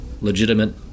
legitimate